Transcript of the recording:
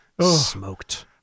smoked